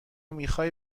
میخای